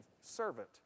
servant